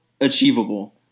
achievable